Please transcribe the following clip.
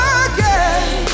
again